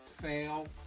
Fail